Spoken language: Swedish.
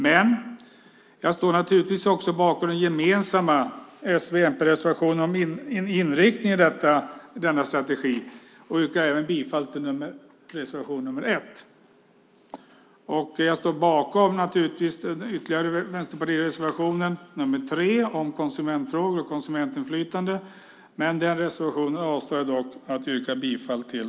Men jag står naturligtvis också bakom den gemensamma s v-, och mp-reservationen om inriktningen på denna strategi och yrkar därför bifall till reservation 1. Jag står också bakom den andra vänsterpartireservationen, nr 3, om konsumentfrågor och konsumentinflytande, som jag dock avstår från att yrka bifall till.